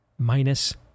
Minus